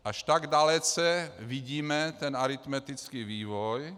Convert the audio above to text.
Až tak dalece vidíme ten aritmetický vývoj.